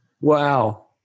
Wow